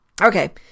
Okay